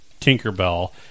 Tinkerbell